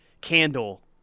candle